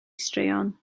straeon